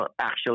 actual